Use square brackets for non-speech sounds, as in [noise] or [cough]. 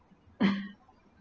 [coughs]